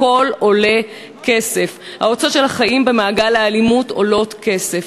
הכול עולה כסף, החיים במעגל האלימות עולים כסף.